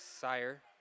Sire